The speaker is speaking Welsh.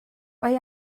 mae